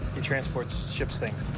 transports ships things.